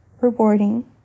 rewarding